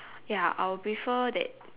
ya I'll prefer that